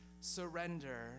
surrender